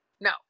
no